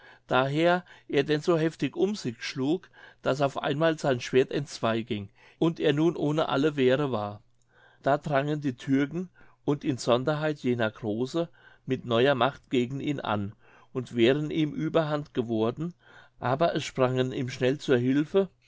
daher er denn so heftig um sich schlug daß auf einmal sein schwert entzwei ging und er nun ohne alle wehre war da drangen die türken und in sonderheit jener große mit neuer macht gegen ihn an und wären ihm überhand geworden aber es sprangen ihm schnell zur hülfe